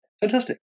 fantastic